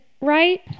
right